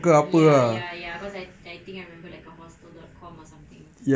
ya ya ya cause I I think I remember like a hostel dot com or something